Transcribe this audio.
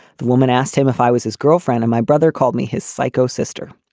the woman asked him if i was his girlfriend of my brother, called me his psycho sister.